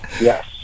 yes